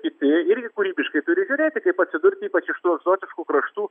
kiti irgi kūrybiškai turi žiūrėti kaip atsidurti ypač iš tų egzotiškų kraštų